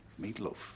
meatloaf